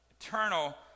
eternal